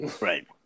right